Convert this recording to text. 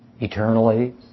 eternally